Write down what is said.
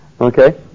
Okay